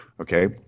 Okay